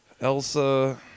Elsa